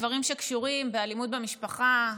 דברים שקשורים באלימות במשפחה,